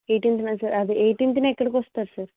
eighteenth నా sir అదే ఎయ్టీన్త్న ఎక్కడికి వస్తారు సర్